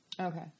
Okay